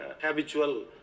habitual